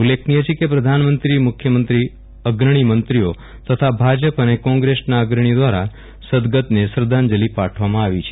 ઉલ્લેખનીય છે કે પ્રધાનમંત્રી મુખ્યમંત્રી અગ્રણી મંત્રીઓ તથા ભાજપ અને કોંગ્રેસ અગ્રણીઓ દ્વારા સદ્દગતને શ્રદ્ધાંજલિ પાઠવવામાં આવી છે